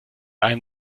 einem